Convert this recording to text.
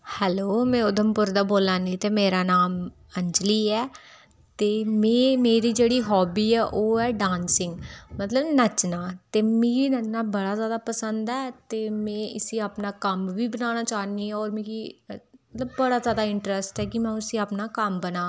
hello मैं उधमपुर दा बोल्ला नी आं ते मेरा नांऽ अंजली ऐ ते मेरी जेह्ड़ी हाब्बी ऐ ओह् ऐ डांसिग मतलब नच्चना ते मिगी नच्चना बड़ा जैदा पसंद ऐ ते में इसी अपना कम्म बी बनाना चाह्न्नी आं और मिगी मतलब बड़ा गै जैदा इंटरैस्ट ऐ जे में इसी अपना कम्म बनां